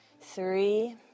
Three